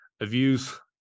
views